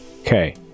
Okay